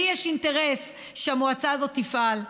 לי יש אינטרס שהמועצה הזאת תפעל.